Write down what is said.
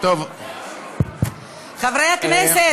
חברי הכנסת,